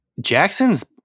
Jackson's